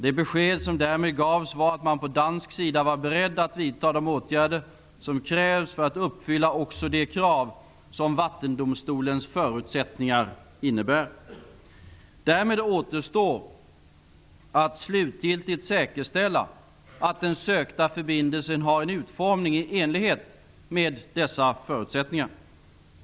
Det besked som därmed gavs var, att man på dansk sida var beredd att vidta de åtgärder som krävs för att uppfylla också de krav som Vattendomstolens förutsättningar innebär. Därmed återstår att slutgiltigt säkerställa att den sökta förbindelsen har en utformning i enlighet med dessa förutsättningar.